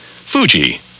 Fuji